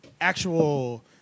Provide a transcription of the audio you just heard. actual